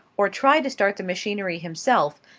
or try to start the machinery himself,